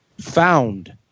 found